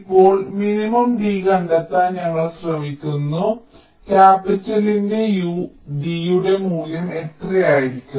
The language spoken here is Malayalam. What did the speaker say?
ഇപ്പോൾ മിനിമം D കണ്ടെത്താൻ ഞങ്ങൾ ശ്രമിക്കുന്നു ക്യാപിറ്റൽന്റെ U D യുടെ മൂല്യം എത്രയായിരിക്കും